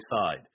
side